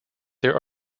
there